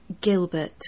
Gilbert